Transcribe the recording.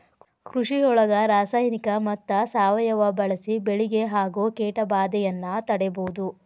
ಕೃಷಿಯೊಳಗ ರಾಸಾಯನಿಕ ಮತ್ತ ಸಾವಯವ ಬಳಿಸಿ ಬೆಳಿಗೆ ಆಗೋ ಕೇಟಭಾದೆಯನ್ನ ತಡೇಬೋದು